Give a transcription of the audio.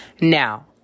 Now